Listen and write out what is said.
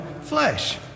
flesh